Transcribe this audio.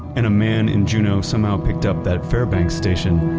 and a man in juno somehow picked up that fairbanks station,